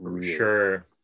Sure